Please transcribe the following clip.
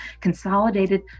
consolidated